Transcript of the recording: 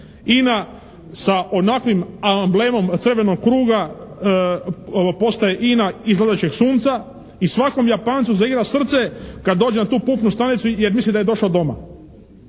INA sa ovakvim amblemom crvenog kruga postaje INA izlazećeg sunca i svakom Japancu zaigra srce kad dođe na tu pumpnu stanicu jer misli da je došao doma.